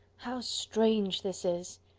how strange this is!